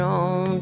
on